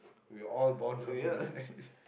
we are all born to be in my